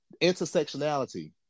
Intersectionality